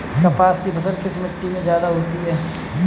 कपास की फसल किस मिट्टी में ज्यादा होता है?